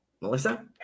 Melissa